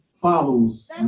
follows